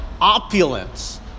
opulence